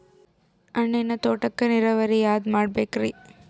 ಹಣ್ಣಿನ್ ತೋಟಕ್ಕ ನೀರಾವರಿ ಯಾದ ಮಾಡಬೇಕ್ರಿ?